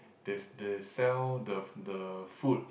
they they sell the f~ the food